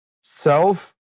self